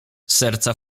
serca